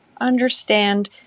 understand